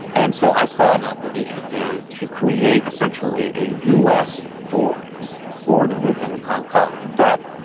and so i saw an obligation there to create essentially a us voice for the movement in hong kong that